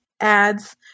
ads